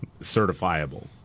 certifiable